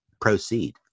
proceed